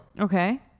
Okay